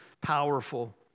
powerful